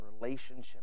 relationship